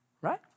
right